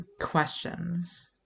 questions